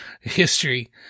history